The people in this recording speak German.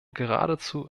geradezu